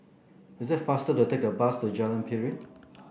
is it faster to take a bus to Jalan Piring